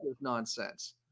nonsense